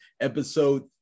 episode